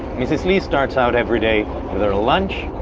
mrs. lee starts out every day with her lunch,